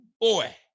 boy